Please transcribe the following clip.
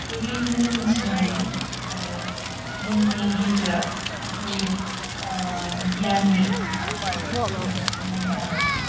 गोरलैहैनो मिथिनो हायो आरो जोंनि गेजेराव जि गियाननि आंखाल बिफोरखौ जोङो सुफुंनानै लानो हायो